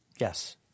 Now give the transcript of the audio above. Yes